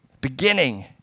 beginning